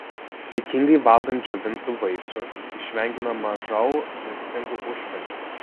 saikingai valgant džiovintų vaisių išvengiama mažau maistingų užkandžių